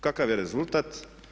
Kakav je rezultat?